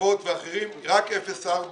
הטבות אלא רק 0-4